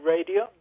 Radio